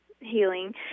healing